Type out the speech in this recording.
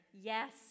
yes